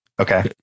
Okay